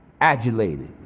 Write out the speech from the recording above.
adulated